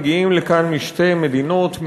מגיעים לכאן משתי מדינות,